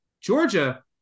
Georgia